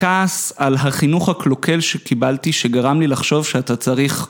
טס על החינוך הקלוקל שקיבלתי שגרם לי לחשוב שאתה צריך